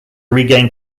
regain